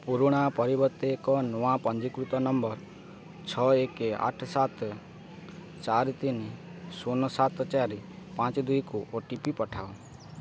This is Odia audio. ପୁରୁଣା ପରିବର୍ତ୍ତେ ଏକ ନୂଆ ପଞ୍ଜୀକୃତ ନମ୍ବର ଛଅ ଏକେ ଆଠ ସାତ ଚାରି ତିନି ଶୂନ ସାତ ଚାରି ପାଞ୍ଚ ଦୁଇ କୁ ଓ ଟି ପି ପଠାଅ